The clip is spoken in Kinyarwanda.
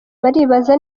baribaza